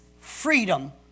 freedom